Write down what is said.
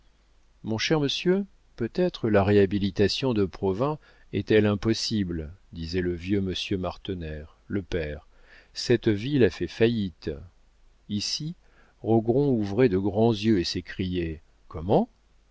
mon cher monsieur peut-être la réhabilitation de provins est-elle impossible disait le vieux monsieur martener le père cette ville a fait faillite ici rogron ouvrait de grands yeux et s'écriait comment